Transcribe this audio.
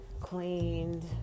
cleaned